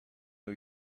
new